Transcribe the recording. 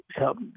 help